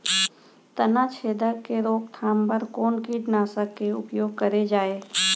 तनाछेदक के रोकथाम बर कोन कीटनाशक के उपयोग करे जाये?